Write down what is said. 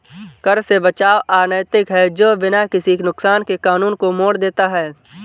कर से बचाव अनैतिक है जो बिना किसी नुकसान के कानून को मोड़ देता है